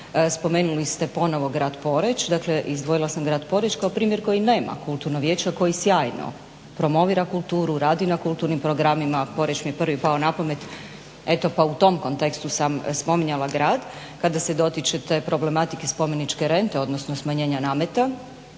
Spomenuli ste ponovo grad Poreč, dakle izdvojila sam grad Poreč kao primjer koji nema kulturno vijeće a koji sjajno promovira kultura, radi na kulturnim programima. Poreč mi je prvi pao na pamet eto pa u tom kontekstu sam spominjala grad. Kada se dotičete problematike spomeničke rente odnosno smanjenja nameta